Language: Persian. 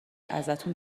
ازتون